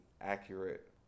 accurate